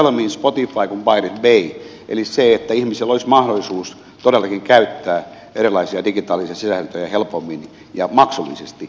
mieluummin spotify kuin pirate bay eli se että ihmisillä olisi mahdollisuus todellakin käyttää erilaisia digitaalisia sisältöjä helpommin ja maksullisesti